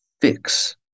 fix